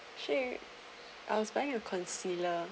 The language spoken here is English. actually I was buying a concealer